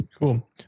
Cool